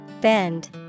Bend